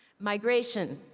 migration,